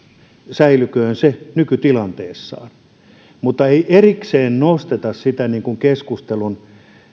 säilyköön se nykytilanteessaan mutta ei erikseen nosteta sitä keskustelun